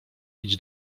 idź